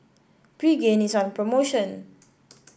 Pregain is on promotion